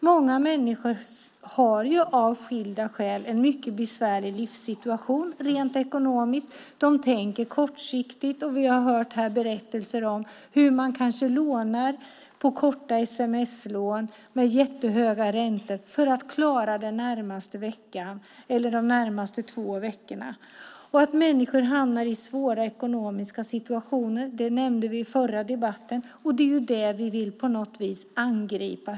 Många människor har av skilda skäl en besvärlig livssituation rent ekonomiskt, de tänker kortsiktigt, och vi har hört berättelser om hur man tar korta sms-lån med jättehöga räntor för att kanske klara närmaste veckan eller närmaste två veckorna. Att människor hamnar i svåra ekonomiska situationer tog vi upp i den förra debatten, och det är det vi på något vis vill angripa.